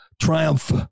triumph